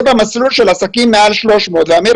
זה במסלול של עסקים מעל 300,000 ואמיר